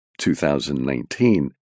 2019